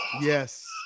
Yes